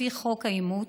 לפי חוק האימוץ,